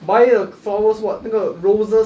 buy the flowers what 那个 roses